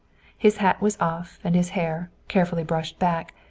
his hat was off, and his hair, carefully brushed back,